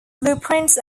blueprints